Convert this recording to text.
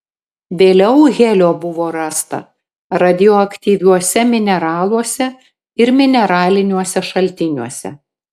vėliau helio buvo rasta radioaktyviuose mineraluose ir mineraliniuose šaltiniuose